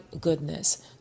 goodness